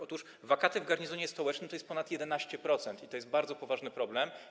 Otóż wakaty w garnizonie stołecznym stanowią ponad 11%, i to jest bardzo poważny problem.